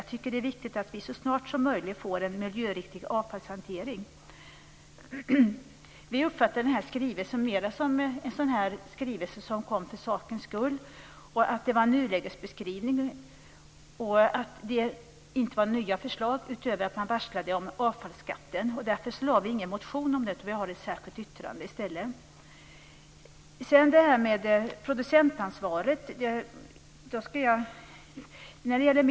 Jag tycker att det är viktigt att vi så snart som möjligt får en miljöriktig avfallshantering. Vi uppfattar denna skrivelse mer som en skrivelse som kom till för sakens skull och att det var en nulägesbeskrivning och att det inte var nya förslag utöver att man varslade om avfallsskatten. Därför väckte vi inga motioner med anledning av den, utan vi har fogat ett särskilt yttrande till betänkandet i stället. Jag skall ta upp producentansvaret.